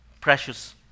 precious